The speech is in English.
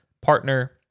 partner